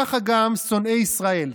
ככה גם שונאי ישראל.